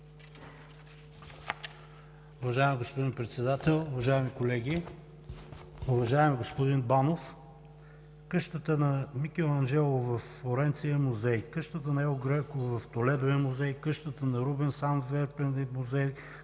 господин Председател, уважаеми колеги, уважаеми господин Банов! Къщата на Микеланджело във Флоренция е музей, къщата на Ел Греко в Толедо е музей, къщата на Рубенс в Антверпен е музей,